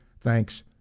Thanks